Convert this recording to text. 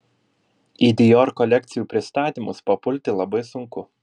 į dior kolekcijų pristatymus papulti labai sunku